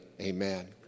Amen